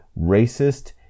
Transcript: racist